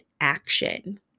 action